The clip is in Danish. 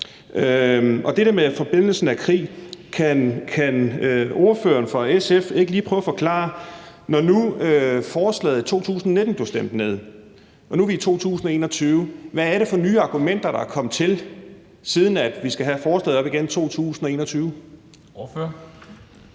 og med hensyn til forblændelsen af krig kan ordføreren for SF så ikke lige prøve at forklare: Når nu forslaget blev stemt ned i 2019, hvad er det så for nye argumenter, der er kommet til, siden vi skal have forslaget op igen i 2021? Kl.